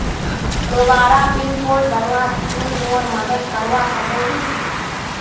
दोबारा pin code बनवात तुई मोर मदद करवा सकोहिस?